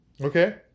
Okay